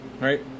right